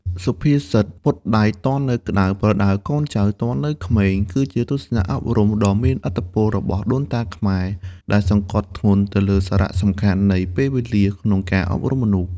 សុភាសិត «ពត់ដែកទាន់នៅក្ដៅ ប្រដៅកូនទាន់នៅក្មេង» គឺជាទស្សនៈអប់រំដ៏មានឥទ្ធិពលរបស់ដូនតាខ្មែរ ដែលសង្កត់ធ្ងន់លើសារៈសំខាន់នៃពេលវេលាក្នុងការអប់រំមនុស្ស។